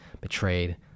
betrayed